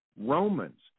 Romans